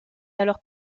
alors